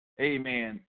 amen